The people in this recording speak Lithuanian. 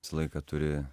visą laiką turi